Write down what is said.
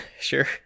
sure